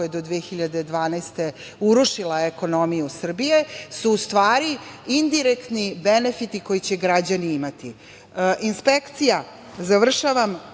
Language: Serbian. koja je do 2012. godine urušila ekonomiju Srbije, u stvari su indirektni benefiti koje će građani imati. Inspekcija, završavam,